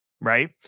right